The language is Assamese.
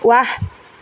ৱাহ